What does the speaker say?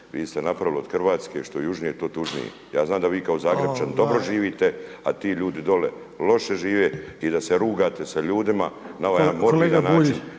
Vi ste napravili od Hrvatske što južnije to tužnije. Znam da vi kao Zagrepčanin dobro živite, a ti ljudi dole loše žive i da se rugate sa ljudima na ovaj način da zatrube